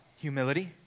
humility